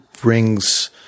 brings